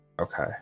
Okay